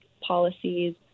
policies